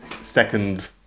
second